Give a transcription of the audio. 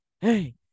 hey